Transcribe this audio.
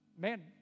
man